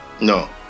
No